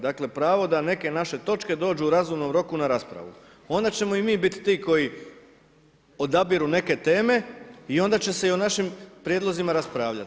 Dakle pravo da neke naše točke dođu u razumnom roku na raspravu, onda ćemo i mi biti ti koji odabiru neke teme i onda će se i o našim prijedlozima raspravljati.